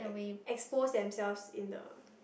expose themselves in the